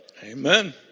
Amen